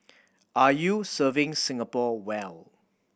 are you serving Singapore well